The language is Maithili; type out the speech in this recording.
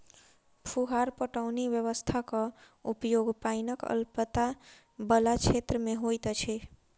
फुहार पटौनी व्यवस्थाक उपयोग पाइनक अल्पता बला क्षेत्र मे होइत अछि